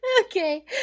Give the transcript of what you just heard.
Okay